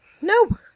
No